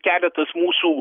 keletas mūsų